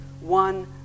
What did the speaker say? one